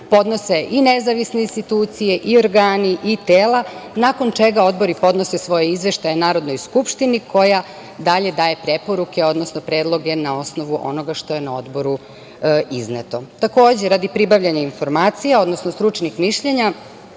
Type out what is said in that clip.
podnose i nezavisne institucije, organi i tela, nakon čega odbori podnose svoje izveštaje Narodnoj skupštini koja dalje daje preporuke, odnosno, predloge na osnovu onoga što je na odboru izneto. Takođe, radi pribavljanja informacija, odnosno stručnih mišljenja,